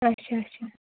اچھا اچھا